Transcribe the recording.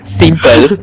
simple